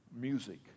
music